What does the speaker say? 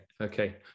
Okay